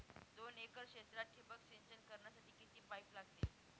दोन एकर क्षेत्रात ठिबक सिंचन करण्यासाठी किती पाईप लागतील?